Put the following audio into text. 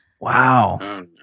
Wow